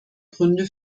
gründe